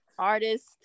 artist